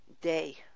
day